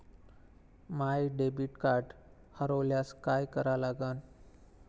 माय debit card हरोल्यास काय करा लागन?